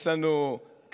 יש לנו קבב,